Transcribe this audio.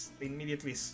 immediately